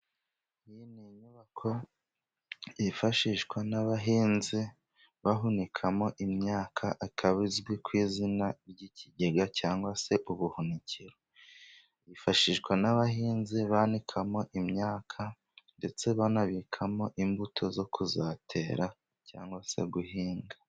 Iyi ni inyubako yifashishwa n'abahinzi bahunikamo imyaka, akaba izwi ku izina ry'ikigega cyangwa se ubuhunikero. Yifashishwa n'abahinzi banikamo imyaka, ndetse banabikamo imbuto zo kuzatera, cyangwa se guhinga.